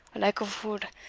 like a fule,